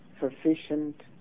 sufficient